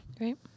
Right